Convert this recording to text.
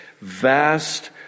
vast